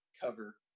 cover